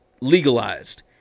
legalized